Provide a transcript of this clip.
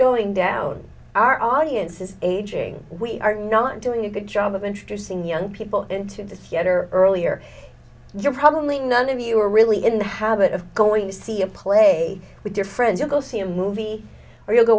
going down our audience is aging we are not doing a good job of introducing young people into the theater earlier you're probably none of you are really in the habit of going to see a play with your friends you go see a movie or you